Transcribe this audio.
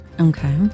okay